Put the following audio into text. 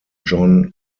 john